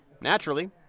naturally